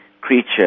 creature